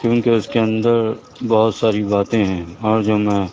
کیوں کہ اس کے اندر بہت ساری باتیں ہیں اور جو میں